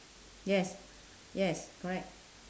yes yes correct